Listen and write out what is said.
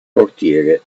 portiere